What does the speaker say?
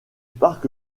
parc